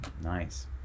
nice